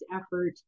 effort